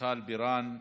מיכל בירן,